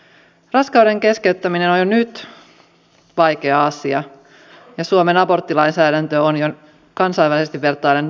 raskauden keskeyttäminen on jo nyt vaikea asia ja suomen aborttilainsäädäntö on jo kansainvälisesti vertaillen tiukka